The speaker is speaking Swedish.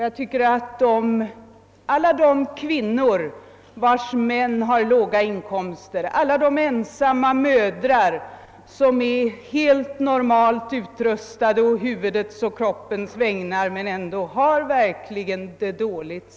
Jag tycker att alla de kvinnor, vilkas män har låga inkomster, alla de ensamma mödrar som är helt normal utrustade å huvudets och kroppens. vägnar men ändå har det dåligt.